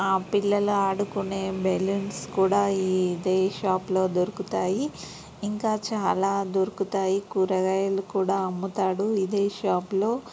పిల్లల ఆడుకునే బెలూన్స్ కూడా ఇదే షాప్లో దొరుకుతాయి ఇంకా చాలా దొరుకుతాయి కూరగాయలు కూడా అమ్ముతాడు ఇదే షాపులో